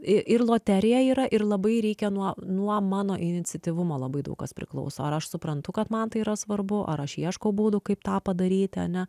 ir loterija yra ir labai reikia nuo nuo mano iniciatyvumo labai daug kas priklauso ar aš suprantu kad man tai yra svarbu ar aš ieškau būdų kaip tą padaryti ane